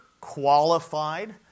qualified